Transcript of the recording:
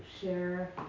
share